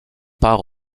part